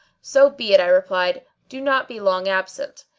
so be it, i replied, do not be long absent.